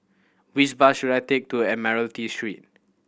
which bus should I take to Admiralty Street